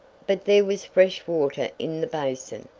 but there was fresh water in the basin,